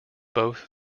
both